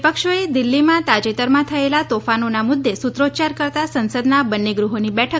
વિપક્ષોએ દિલ્ફીમાં તાજેતરમાં થયેલા તોફાનોના મુદ્દે સુત્રોચ્યાર કરતા સંસદના બંન્ને ગૃહોની બેઠક